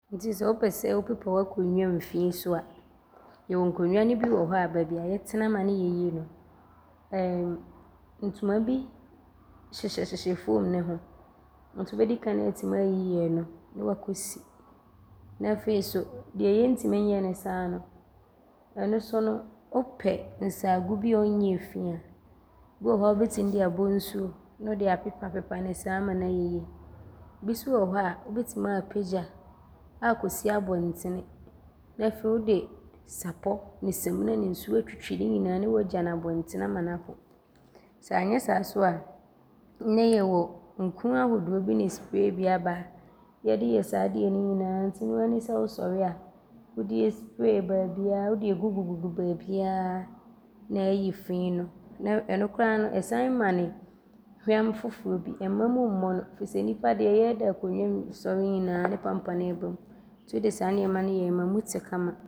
Nti sɛ wopɛ sɛ wopepa w’akonnwam fii so a, yɛwɔ nkonnwa ne bi wɔ hɔ a, baabi a yɛtena ma ne yɛ yie no, errm ntoma bi hyehyɛhyehyɛ fom ne ho nti wobɛdi kan aatim aayiyi ɔno ne woakɔsi. Ne afei so, deɛ yɛntim nyɛ ne saa no, ɔno so no, wopɛ nsaago bi a ɔnyɛɛ fii a, bi wɔ hɔ a wobɛtim de abɔ nsuo ne wode apepapepa ne saa ama ne ayɛ yie. Bi so wɔ hɔ a wobɛtim aapagya aakɔsi abɔntene ne afei wode sapɔ ne samina ne nsuo atwitwi ne nyinaa ne woagya no abɔntene ama no aho. Sɛ anyɛ saa nso a, nnɛ yɛwɔ nkuu ahodoɔ bi ne supree bi a aba yɛde yɛ saa adeɛ ne nyinaa nti noaa di sɛ wosɔre a wode ɔɔsupree baabiaa. Wode ɔɔgugugugu baabiaa ne aayi fii no. Ɔno koraa no, ɔsane ma ne hwam foforɔ bi. Ɔmma mu mmɔno firi sɛ nnipa deɛ yɛɛda akonnwam sɔre nyinaa no ne pampane ɔɔbam nti wode saa nnoɔma no yɛ a, ɔma mu te kama.